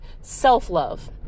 self-love